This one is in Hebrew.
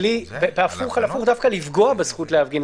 בהפוך על הפוך דווקא לפגוע בזכות להפגין,